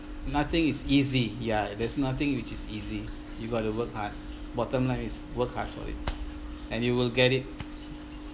nothing is easy ya there's nothing which is easy you gotta work hard bottom line is work hard for it and you will get it